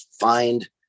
find